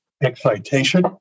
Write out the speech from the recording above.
excitation